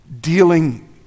dealing